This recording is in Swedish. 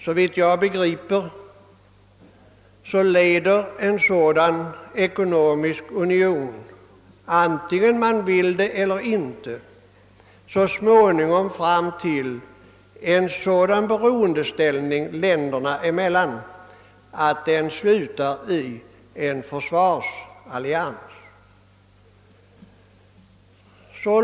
Såvitt jag begriper leder en sådan ekonomisk union antingen man vill det eller inte så småningom fram till en sådan beroendeställning länderna emellan att den slutar i en försvarsallians och gemensam utrikespolitik.